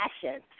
passion